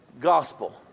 gospel